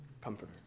comforter